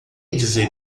dizer